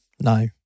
No